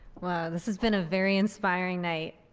well this has been a very inspiring night.